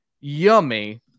Yummy